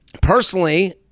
personally